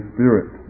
Spirit